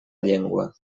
llengua